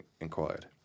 inquired